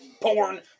Porn